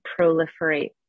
proliferate